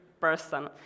person